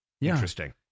interesting